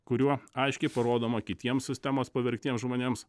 kuriuo aiškiai parodoma kitiems sistemos pavergtiems žmonėms